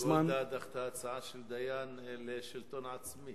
הזמן, גולדה דחתה הצעה של דיין לשלטון עצמי.